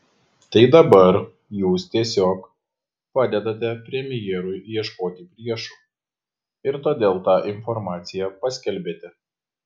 tai dabar jūs tiesiog padedate premjerui ieškoti priešų ir todėl tą informaciją paskelbėte